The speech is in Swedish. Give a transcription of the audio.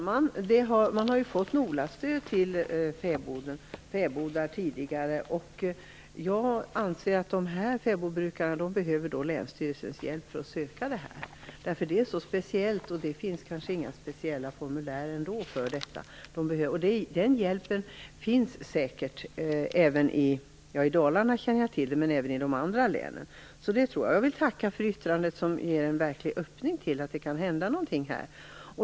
Herr talman! Man har tidigare fått NOLA-stöd för fäbodar. Jag anser att fäbodbrukarna behöver länsstyrelsens hjälp för att söka stöd. Det är så speciellt och det finns kanske ändå inga speciella formulär för det. Jag vet att den hjälpen finns i Dalarna, men den finns säkert i de andra länen också. Jag vill tacka för inlägget, som verkligen öppnar för att det kan hända någonting.